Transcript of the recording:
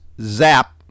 Zap